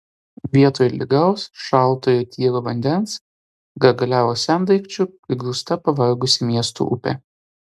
vietoj lygaus šalto ir tyro vandens gargaliavo sendaikčių prigrūsta pavargusi miesto upė